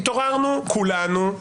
התעוררנו כולנו,